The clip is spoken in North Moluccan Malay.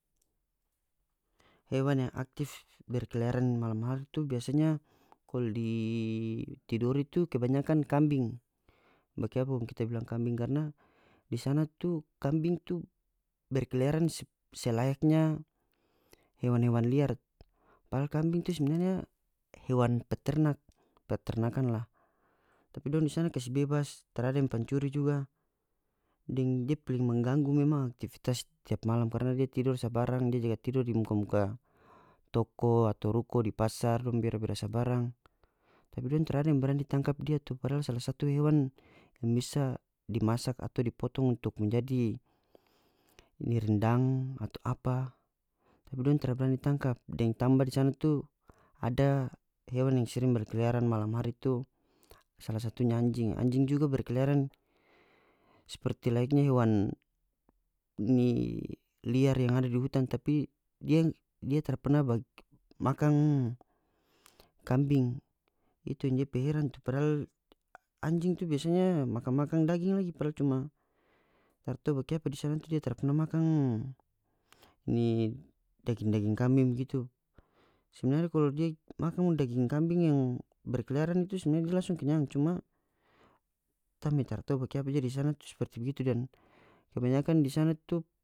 Hewan yang aktif berkeliaran hari di malam hari itu biasanya kalu di tidore tu kebanyaka kambing bakiapa kong kita bilang kambing karna di sana tu kambing tu berkeliaran selayaknya hewan-hewan liar padahal kambing tu sebenarnya hewan peternak peternakanla tapi dong di sana kasi bebas tarada yang pancuri juga deng dia paling mengganggu memang aktivitas tiap malam karna di tidor sabarang dia jaga tidor di muka-muka toko atau ruko di pasar dong bera-bera sabarang tapi dong tarada yang barani tangkap dia tu padahal sala satu hewan yang bisa dimasak atau di potong untuk menjadi ini rendang atau apa tapi dong tara barani tangkap deng tamba di sana tu ada hewan yang sering berkeliaran malam hari tu sala satunya anjing anjing juga berkeliaran seperti layaknya hewan ini liar yang ada di hutan tapi dia dia tara perna makan kambing itu yang dia pe heran tu padahal anjing tu biasanya makan-makan daging lagi padahal cuma taratau bakiapa di sana tu dia tara perna makan ini daging-daging kambing bagitu sebenarnya kalu dia makan kong daging kambing yang berkeliaran tu sebenarnya dia langsung kenyang cuma kita me taratau bakiapa dia di sana tu seperti begitu dan kebanyakan di sana tu.